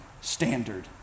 standard